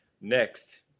next